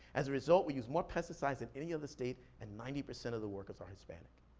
as a result, we use more pesticides than any other state, and ninety percent of the workers are hispanic.